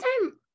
time